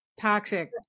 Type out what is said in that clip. toxic